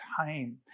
time